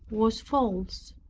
was false.